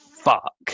fuck